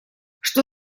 что